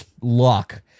luck